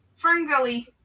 Ferngully